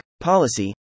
Policy